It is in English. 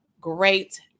great